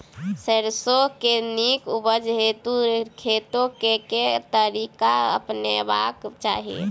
सैरसो केँ नीक उपज हेतु खेती केँ केँ तरीका अपनेबाक चाहि?